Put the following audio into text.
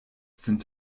sind